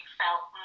felt